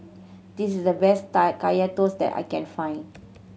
this is the best Kaya Toast that I can find